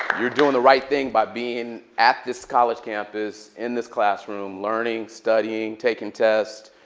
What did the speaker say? you're doing the right thing by being at this college campus in this classroom, learning, studying, taking tests,